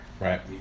Right